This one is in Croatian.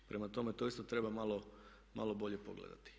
Prema tome, to isto treba malo bolje pogledati.